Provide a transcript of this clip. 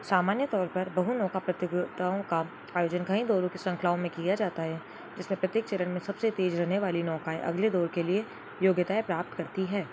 सामान्य तौर पर बहु नौका प्रतियोगिताओं का आयोजन कई दौरों की श्रृंखला में किया जाता है जिसमें प्रत्येक चरण में सबसे तेज रहने वाली नौकाएँ अगले दौर के लिए योग्यताएँ प्राप्त करती हैं